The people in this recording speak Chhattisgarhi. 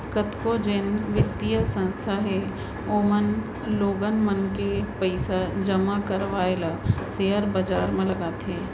कतको जेन बित्तीय संस्था हे ओमन लोगन मन ले पइसा जमा करवाय ल सेयर बजार म लगाथे